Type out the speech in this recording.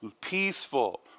Peaceful